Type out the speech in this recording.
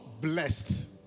blessed